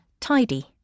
tidy